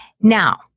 Now